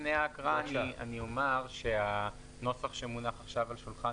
לפני ההקראה אני אומר שהנוסח שמונח עכשיו על שולחן